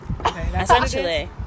Essentially